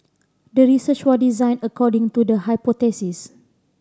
the research was designed according to the hypothesis